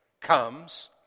comes